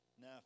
Now